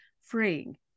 freeing